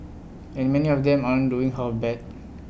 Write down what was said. and many of them aren't doing half bad